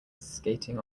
skating